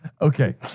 Okay